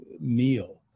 meal